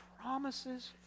promises